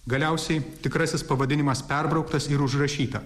galiausiai tikrasis pavadinimas perbrauktas ir užrašyta